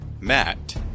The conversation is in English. Matt